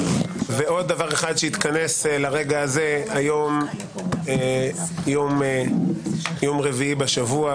ועוד דבר אחד שהתכנס ליום הזה: היום יום רביעי בשבוע.